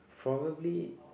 probably